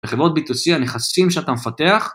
לחברות בי טו סי, הנכסים שאתה מפתח.